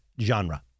genre